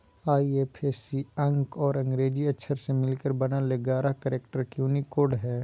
IFSC अंक और अंग्रेजी अक्षर से मिलकर बनल एगारह कैरेक्टर के यूनिक कोड हइ